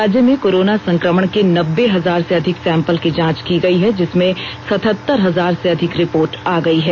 राज्य में कोरोना संक्रमण के नब्बे हजार से अधिक सैम्पल की जांच की गई है जिसमें सतहत्तर हजार से अधिक रिपोर्ट आ गई है